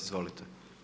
Izvolite.